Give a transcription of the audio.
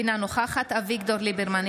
אינה נוכחת אביגדור ליברמן,